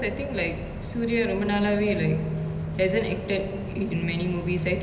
and like the movies that he released prior also like didn't perform very well in the box office also